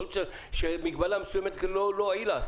יכול להיות שמגבלה מסוימת לא הועילה.